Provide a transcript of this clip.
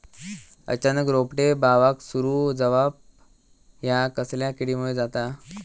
अचानक रोपटे बावाक सुरू जवाप हया कसल्या किडीमुळे जाता?